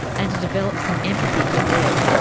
and to develop some empathy for deb.